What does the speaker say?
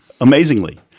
amazingly